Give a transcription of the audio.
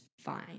fine